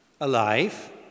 alive